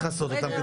לכסות אותם.